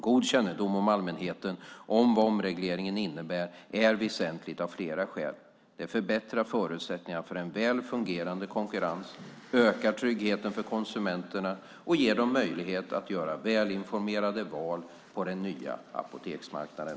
God kännedom hos allmänheten om vad omregleringen innebär är väsentligt av flera skäl. Det förbättrar förutsättningarna för en väl fungerande konkurrens, ökar tryggheten för konsumenterna och ger dem möjlighet att göra välinformerade val på den nya apoteksmarknaden.